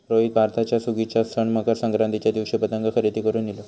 रोहित भारतात सुगीच्या सण मकर संक्रांतीच्या दिवशी पतंग खरेदी करून इलो